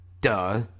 DUH